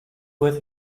worth